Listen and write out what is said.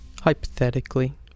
Hypothetically